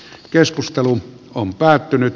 keskustelu on päättynyt